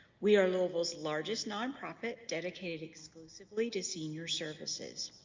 we are louisville largest nonprofit dedicated exclusively to senior services